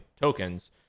tokens